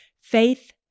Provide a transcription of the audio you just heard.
Faith